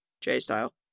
J-style